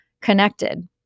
connected